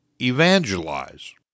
evangelize